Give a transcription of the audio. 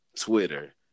Twitter